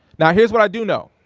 now, here's what i do know.